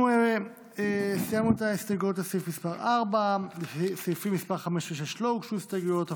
אנחנו סיימנו את ההסתייגויות לסעיף מס' 4. לסעיפים מס' 5 ו-6 לא הוגשו הסתייגויות.